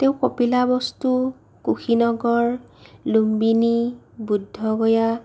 তেওঁ কপিলাবস্তু কুশীনগৰ লুম্বিনি বুদ্ধগয়া